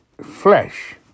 flesh